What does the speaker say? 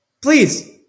Please